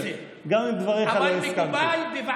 אתה אמור להתייחס באופן שוויוני גם לח"כים יהודים